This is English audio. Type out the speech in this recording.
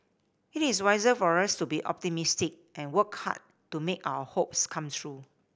it is wiser for us to be optimistic and work hard to make our hopes come true